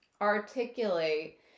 articulate